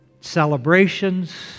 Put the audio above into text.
celebrations